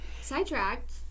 Sidetracked